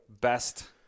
best